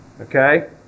Okay